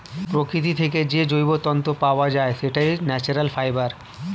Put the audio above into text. প্রকৃতি থেকে যে জৈব তন্তু পাওয়া যায়, সেটাই ন্যাচারাল ফাইবার